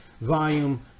Volume